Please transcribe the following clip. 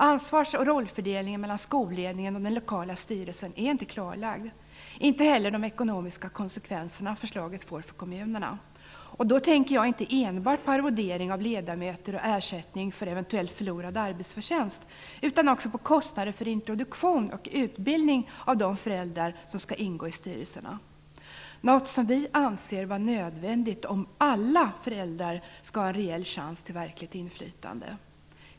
Ansvars och rollfördelningen mellan skolledningen och den lokala styrelsen är inte klarlagd, inte heller de ekonomiska konsekvenser förslaget får för kommunerna. Då tänker jag inte enbart på arvodering av ledamöter och ersättning för eventuellt förlorad arbetsförtjänst utan också på kostnader för introduktion och utbildning av de föräldrar som skall ingå i styrelserna, något som vi anser vara nödvändigt om alla föräldrar skall ha reell chans till verkligt inflytande.